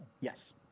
Yes